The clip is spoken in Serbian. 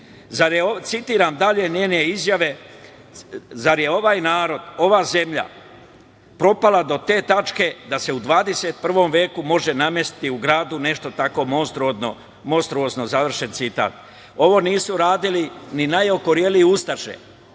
dalje njene izjave – zar je ovaj narod, ova zemlja propala do te tačke da se u 21. veku može namestiti u gradu nešto tako monstruozno, završen citat. Ovo nisu radili ni najokorelije ustaše,